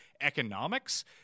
economics